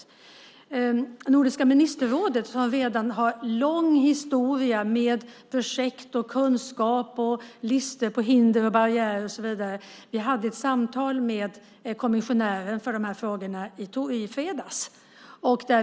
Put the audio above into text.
I Nordiska ministerrådet, som redan har en lång historia av projekt, kunskap, listor på hinder och barriärer och så vidare, hade vi ett samtal med kommissionären för de här frågorna i fredags.